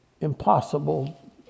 impossible